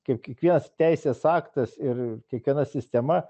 kaip kiekvienas teisės aktas ir kiekviena sistema